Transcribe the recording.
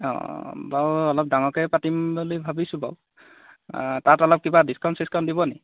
অঁ অঁ বাৰু অলপ ডাঙৰকৈয়ে পাতিম বুলি ভাবিছোঁ বাৰু তাত অলপ কিবা ডিছকাউণ্ট চিছকাউণ্ট দিব নি